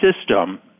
system